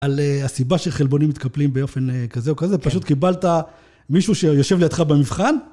על הסיבה שחלבונים מתקפלים באופן כזה או כזה, פשוט קיבלת מישהו שיושב לידך במבחן?